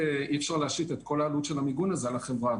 בהחלט אי אפשר להשית את כל העלות של המיגון הזה על החברה.